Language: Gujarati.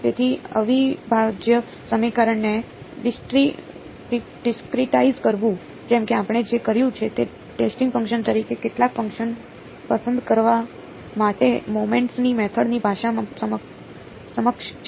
તેથી અવિભાજ્ય સમીકરણને ડિસ્કરીટાઇઝ્ડ કરવું જેમ કે આપણે જે કર્યું છે તે ટેસ્ટિંગ ફંક્શન તરીકે ડેલ્ટા ફંક્શન પસંદ કરવા માટે મોમેન્ટ્સની મેથડ ની ભાષામાં સમકક્ષ છે